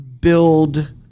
build